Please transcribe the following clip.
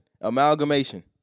Amalgamation